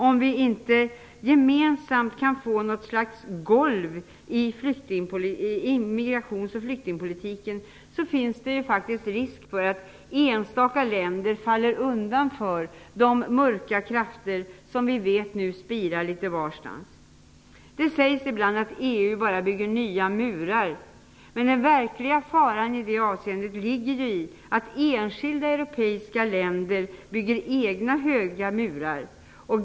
Om vi inte gemensamt kan få något slags golv i immigrations och flyktingpolitiken finns det faktiskt risk för att enstaka länder faller undan för de mörka krafter som vi vet nu spirar litet varstans. Det sägs ibland att EU bara bygger nya murar. Men den verkliga faran i det avseendet ligger i att enskilda europeiska länder bygger egna höga murar.